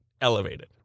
elevated